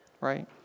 right